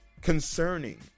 concerning